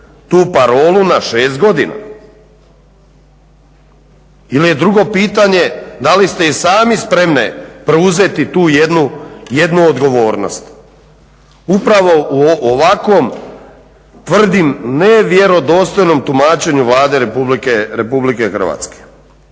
tu parolu na 6 godina. Ili je drugo pitanje da li ste i same spremne preuzeti tu jednu odgovornost upravo u ovakvom tvrdim nevjerodostojnom tumačenju Vlade RH? Tu otvaramo